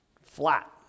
Flat